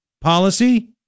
policy